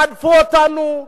רדפו אותנו,